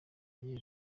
yeruye